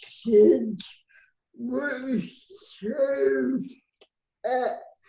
kids were served at